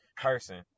person